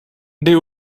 they